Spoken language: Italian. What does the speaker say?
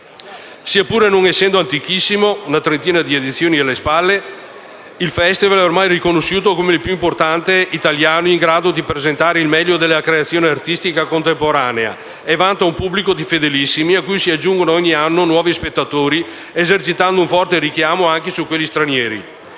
Pur non essendo antichissimo - ha una trentina di edizioni alle spalle - Romaeuropa Festival è ormai riconosciuto come il più importante festival italiano in grado di presentare il meglio della creazione artistica contemporanea e vanta un pubblico di fedelissimi a cui si aggiungono ogni anno nuovi spettatori esercitando un forte richiamo anche su quelli stranieri.